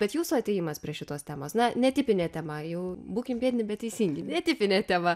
bet jūsų atėjimas prie šitos temos na netipinė tema jau būkim biedni bet teisingi ne tipinė tema